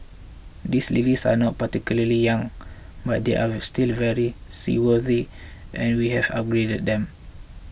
these ladies are not particularly young but they are still very seaworthy and we have upgraded them